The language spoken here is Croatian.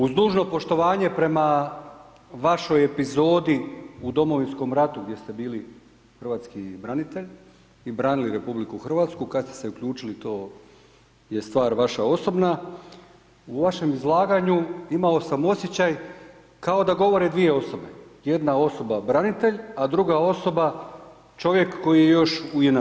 Uz dužno poštovanje prema vašoj epizodi u Domovinskom ratu gdje ste bili hrvatski branitelj i branili RH, kad ste se uključili to je stvar vaša osobna, u vašem izlaganju imao sam osjećaj kao da govore dvije osobe, jedna osoba branitelj, a druga osoba čovjek koji je još u JNA.